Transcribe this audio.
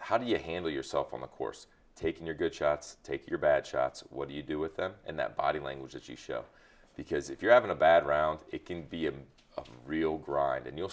how do you handle yourself on the course taking your good shots take your bad shots what do you do with them and that body language that you show because if you're having a bad round it can be a real grind and you'll